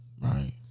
right